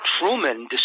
Truman